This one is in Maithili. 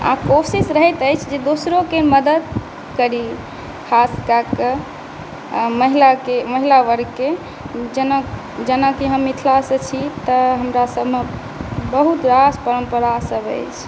आओर कोशिश रहैत अछि जे दोसरोके मदति करी खासकऽ कऽ महिलाके महिला वर्गके जेना जेनाकि हम मिथिलासँ छी तऽ हमरासबमे बहुत रास परम्परासब अछि